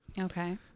okay